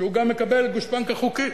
שגם מקבל גושפנקה חוקית.